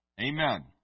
Amen